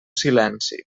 silenci